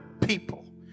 people